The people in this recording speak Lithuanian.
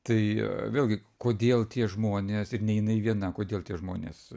tai vėlgi kodėl tie žmonės ir ne jinai viena kodėl tie žmonės